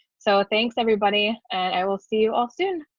so thanks everybody and i will see you all soon.